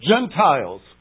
Gentiles